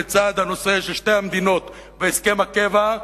לצד הנושא של שתי המדינות בהסכם הקבע,